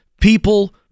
people